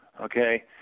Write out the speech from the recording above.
okay